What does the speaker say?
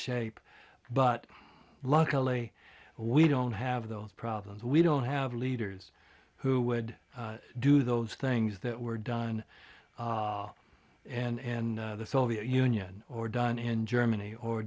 shape but luckily we don't have those problems we don't have leaders who would do those things that were done in the soviet union or done in germany or